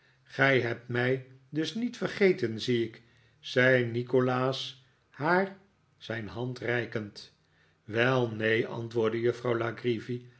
gij hebt mij dus niet vergeten zie ik zei nikolaas haar zijn hand reikend wel neen antwoordde juffrouw